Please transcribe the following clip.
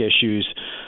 issues